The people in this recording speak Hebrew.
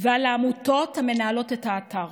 ועל העמותות המנהלות את האתר,